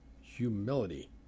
humility